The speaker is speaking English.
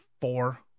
four